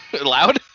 Loud